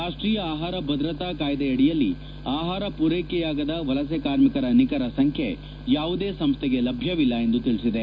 ರಾಷ್ಷೀಯ ಆಹಾರ ಭದ್ರತಾ ಕಾಯ್ದೆಯಡಿಯಲ್ಲಿ ಆಹಾರ ಪೂರೈಕೆಯಾಗದ ವಲಸೆ ಕಾರ್ಮಿಕರ ನಿಖರ ಸಂಖ್ಯೆ ಯಾವುದೇ ಸಂಸ್ವೆಗೆ ಲಭ್ಯವಿಲ್ಲ ಎಂದು ತಿಳಿಸಿದೆ